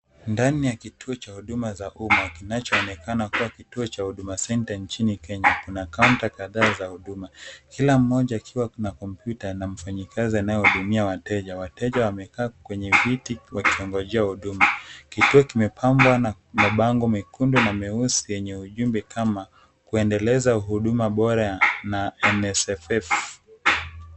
Ndani ya kituo cha huduma za umma kinachoonekana kuwa kituo cha Huduma Center nchini Kenya. Kuna kaunta kadhaa za huduma. Kila mmoja akiwa na kompyuta na mfanyikazi anayehudumia wateja. Wateja wamekaa kwenye viti wakingojea huduma. Kituo kimepambwa na mabango mekundu na meusi yenye ujumbe kama "Kuendeleza huduma bora na NSSF."